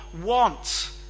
want